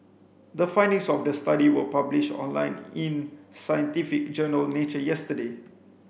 the findings of the study were published online in scientific journal Nature yesterday